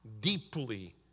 deeply